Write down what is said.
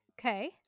Okay